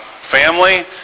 family